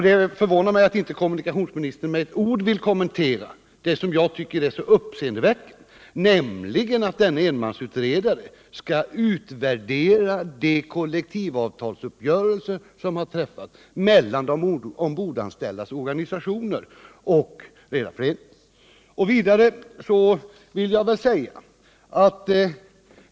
Det förvånar mig att kommunikationsministern inte med ett ord vill kommentera det som jag tycker är så uppseendeväckande, nämligen att denne enmansutredare skall utvärdera den kollektivavtalsuppgörelse som träffats mellan de ombordanställdas organisationer och Redareföreningen.